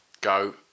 go